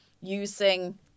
using